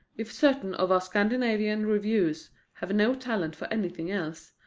if certain of our scandinavian reviewers have no talent for anything else,